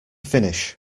finish